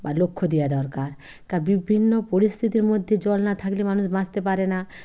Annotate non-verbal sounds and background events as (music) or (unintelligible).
বা লক্ষ্য দেওয়া দরকার (unintelligible) বিভিন্ন পরিস্থিতির মধ্যে জল না থাকলে মানুষ বাঁচতে পারে না